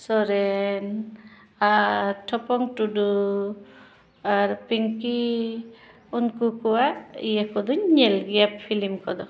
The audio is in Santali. ᱥᱚᱨᱮᱱ ᱟᱨ ᱴᱷᱚᱯᱚᱝ ᱴᱩᱰᱩ ᱟᱨ ᱯᱤᱝᱠᱤ ᱩᱱᱠᱩ ᱠᱚᱣᱟᱜ ᱤᱭᱟᱹ ᱠᱚᱫᱚᱧ ᱧᱮᱞ ᱜᱮᱭᱟ ᱯᱷᱤᱞᱤᱢ ᱠᱚᱫᱚ